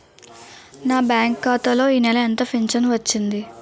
నా బ్యాంక్ ఖాతా లో ఈ నెల ఎంత ఫించను వచ్చింది?